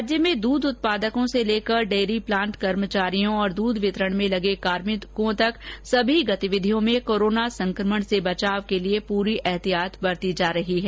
राज्य में दुध उत्पादकों से लेकर डेयरी प्लांट कर्मचारियों और दुध वितरण में लगे कार्मिकों तक सभी गतिविधियों में कोरोना संकमण से बचाव के लिए पूरी एहतियात बरती जा रही है